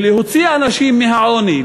ולהוציא אנשים מהעוני.